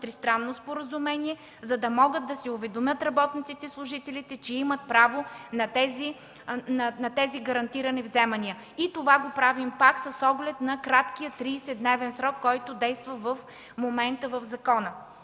тристранно споразумение, за да могат да се уведомят работниците и служителите, че имат право на тези гарантирани вземания. Това го правим пак с оглед на краткия 30-дневен срок, който действа в закона в момента.